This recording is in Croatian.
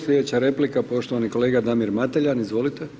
Slijedeća replika poštovani kolega Damir Mateljan, izvolite.